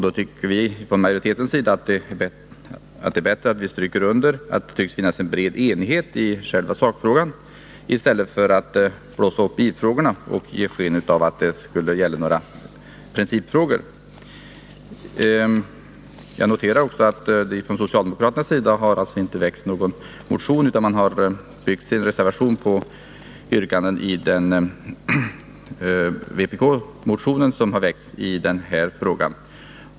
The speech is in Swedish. Då tycker vi från majoritetens sida att det är bättre att stryka under att det tycks finnas en bred enighet i själva sakfrågan i stället för att blåsa upp bifrågorna och ge sken av att det skulle gälla principer. Jag noterar att socialdemokraterna inte har väckt någon motion utan att de har byggt sin reservation på yrkanden i vpk-motionen.